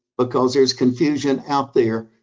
because there's confusion out there.